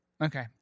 Okay